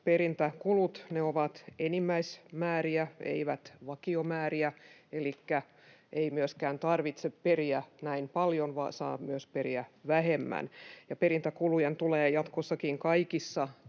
perintäkulut ovat enimmäismääriä, eivät vakiomääriä elikkä ei myöskään tarvitse periä näin paljon vaan saa myös periä vähemmän. Perintäkulujen tulee jatkossakin kaikissa